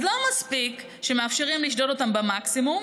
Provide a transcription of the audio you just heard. אז לא מספיק שמאפשרים לשדוד אותם במקסימום,